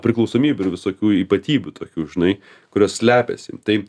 priklausomybių ir visokių ypatybių tokių žinai kurios slepiasi tai